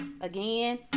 Again